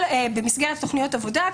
במסגרת תכניות העבודה,